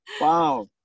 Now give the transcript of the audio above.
Wow